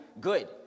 good